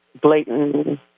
blatant